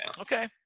okay